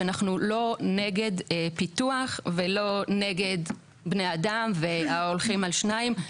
שאנחנו לא נגד פיתוח ולא נגד בני אדם וההולכים על שניים,